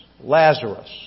Lazarus